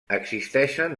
existeixen